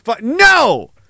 No